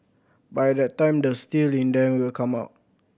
by that time the steel in them will come out